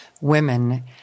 women